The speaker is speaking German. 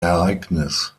ereignis